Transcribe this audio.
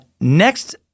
Next